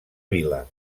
vila